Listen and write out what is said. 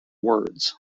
words